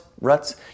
ruts